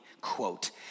quote